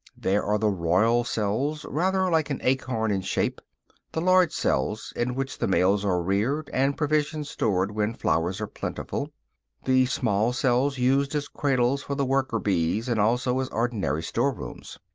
there are the royal cells, rather like an acorn in shape the large cells in which the males are reared, and provisions stored when flowers are plentiful the small cells used as cradles for the workerbees and also as ordinary store-rooms.